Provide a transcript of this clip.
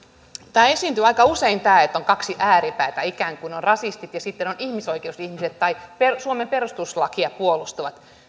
tämä esiintyy aika usein että on kaksi ääripäätä ikään kuin on rasistit ja sitten on ihmisoikeusihmiset tai suomen perustuslakia puolustavat